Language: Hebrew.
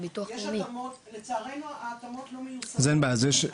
אבל לצערי לא מיישמים אותן.